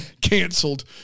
canceled